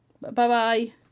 Bye-bye